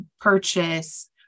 purchase